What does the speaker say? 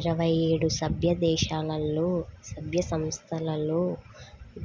ఇరవై ఏడు సభ్యదేశాలలో, సభ్య సంస్థలతో